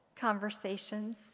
conversations